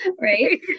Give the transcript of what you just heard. right